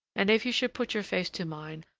and if you should put your face to mine,